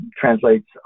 translates